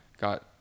got